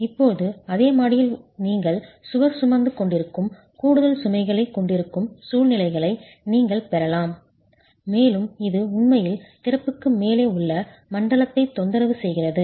இப்போது அதே மாடியில் நீங்கள் சுவர் சுமந்து கொண்டிருக்கும் கூடுதல் சுமைகளைக் கொண்டிருக்கும் சூழ்நிலைகளை நீங்கள் பெறலாம் மேலும் இது உண்மையில் திறப்புக்கு மேலே உள்ள மண்டலத்தை தொந்தரவு செய்கிறது